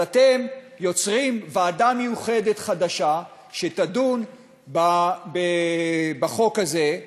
אז אתם יוצרים ועדה מיוחדת חדשה שתדון בחוק הזה.